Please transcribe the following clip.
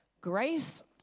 grace